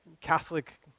Catholic